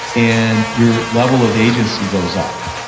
and your level of agency goes up.